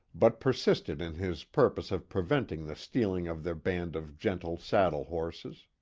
but persisted in his purpose of preventing the stealing of their band of gentle saddle horses.